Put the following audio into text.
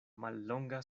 mallonga